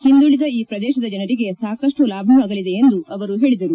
ಹಿಂದುಳಿದ ಈ ಪ್ರದೇಶದ ಜನರಿಗೆ ಸಾಕಷ್ಟು ಲಾಭವಾಗಲಿದೆ ಎಂದು ಹೇಳಿದರು